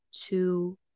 two